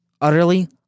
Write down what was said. utterly